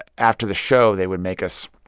after the show, they would make us